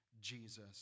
Jesus